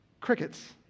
crickets